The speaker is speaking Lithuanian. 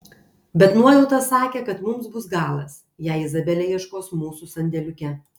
bet nuojauta sakė kad mums bus galas jei izabelė ieškos mūsų sandėliuke